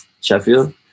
Sheffield